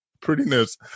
Prettiness